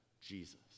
Jesus